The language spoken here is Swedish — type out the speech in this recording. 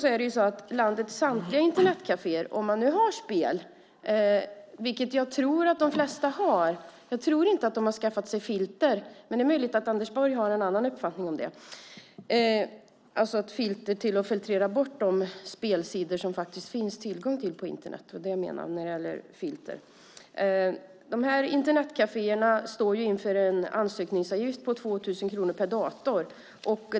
Om man nu har spel på Internetkaféerna, vilket jag tror att de flesta har, för jag tror inte att de har skaffat sig filter som filtrerar bort de spelsidor som finns på Internet - men det är möjligt att Anders Borg har en annan uppfattning - står landets samtliga Internetkaféer inför en ansökningsavgift om 2 000 kronor per dator.